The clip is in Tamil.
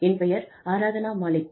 என் பெயர் ஆராத்னா மாலிக்